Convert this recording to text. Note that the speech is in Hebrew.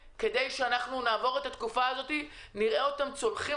וכך נעבור את התקופה הזו ונראה גם אותם צולחים